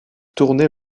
tourner